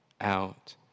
out